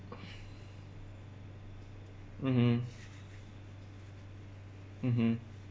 mmhmm mmhmm